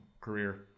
career